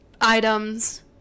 items